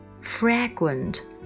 Fragrant